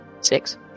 Six